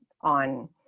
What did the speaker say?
on